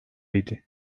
idi